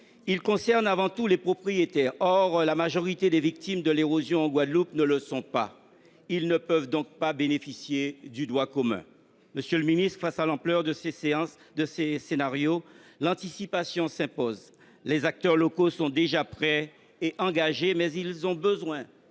bail concerne avant tout les propriétaires. Or la majorité des victimes de l’érosion en Guadeloupe ne le sont pas ; elles ne peuvent donc pas bénéficier de ce dispositif de droit commun. Monsieur le ministre, face à l’ampleur de ces scénarios, l’anticipation s’impose. Les acteurs locaux sont déjà prêts et engagés, mais ils ont besoin